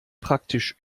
praktisch